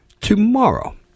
tomorrow